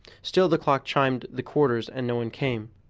still the clock chimed the quarters, and no one came.